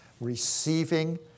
receiving